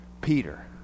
Peter